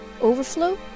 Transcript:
overflow